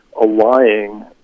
allying